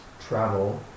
travel